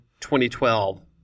2012